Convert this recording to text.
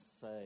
say